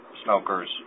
smokers